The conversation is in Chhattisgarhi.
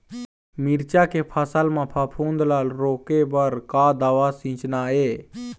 मिरचा के फसल म फफूंद ला रोके बर का दवा सींचना ये?